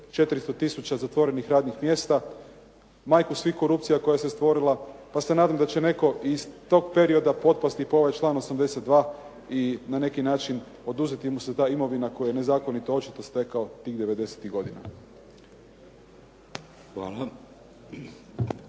400 tisuća zatvorenih radnih mjesta, majku svih korupcija koja se stvorila pa se nadam da će netko iz tog perioda potpasti pod ovaj članak 82. i na neki način oduzeti mu se ta imovina koja je očito nezakonito stekao tih devedesetih godina.